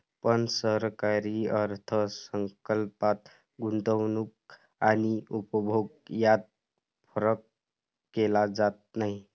पण सरकारी अर्थ संकल्पात गुंतवणूक आणि उपभोग यात फरक केला जात नाही